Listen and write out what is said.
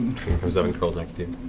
comes up and curls next to you.